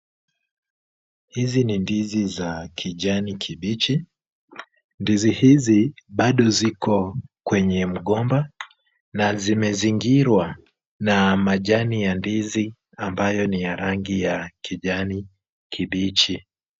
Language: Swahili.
Hizi ni ndizi za kijani kibichi. Ndizi hizi bado ziko kwenye mgomba na zimezingirwa na majani ya ndizi ambayo ni ya rangi ya kijani kibichi.